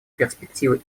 перспективы